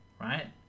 right